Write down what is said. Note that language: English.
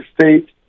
state